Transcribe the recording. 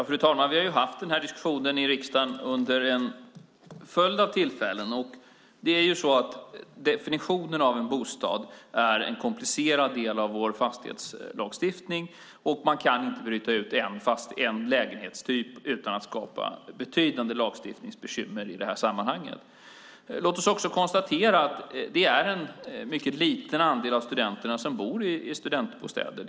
Fru talman! Vi har haft den här diskussionen i riksdagen vid ett antal tillfällen. Definitionen av en bostad är en komplicerad del av vår fastighetslagstiftning, och man kan inte bryta ut en lägenhetstyp utan att skapa betydande lagstiftningsproblem i det här sammanhanget. Låt oss konstatera att det är en mycket liten andel studenter som bor i studentbostäder.